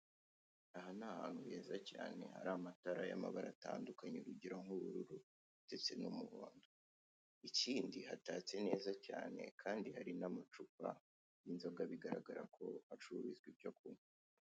Aha ni ahantu heza cyane hari amatara y'amabara atandukanye urugero nk'ubururu ndetse n'umuhomdo, ikindi hatatse neza cyane kandi hari n'amacupa y'inzoga bigaragare ko hacururizwa icyo kunywa.